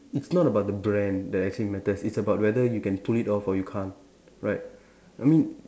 it's not about the brand that actually matters it's about whether you can pull it off or you can't right I mean